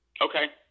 Okay